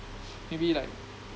maybe like